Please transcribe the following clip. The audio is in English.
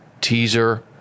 teaser